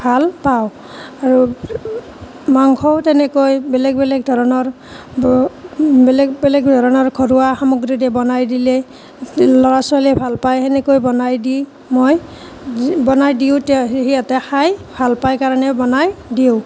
ভাল পাওঁ আৰু মাংসও তেনেকৈ বেলেগ বেলেগ ধৰণৰ বেলেগ বেলেগ ধৰণৰ ঘৰুৱা সামগ্ৰীৰে বনাই দিলে ল'ৰা ছোৱালীয়ে ভাল পায় সেনেকৈ বনাই দি মই বনাই দিওঁ সিহঁতে খাই ভাল পায় কাৰণেও বনাই দিওঁ